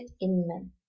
Inman